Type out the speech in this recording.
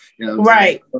Right